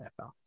NFL